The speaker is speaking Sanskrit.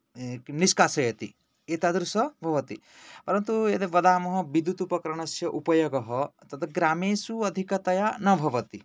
निश्कासयति एतादृश भवति परन्तु यद्वदामः विद्युत् उपकरणस्य उपयोगः तद् ग्रामेषु अधिकतया न भवति